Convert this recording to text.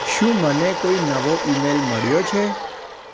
શું મને કોઇ નવો ઇમેલ મળ્યો છે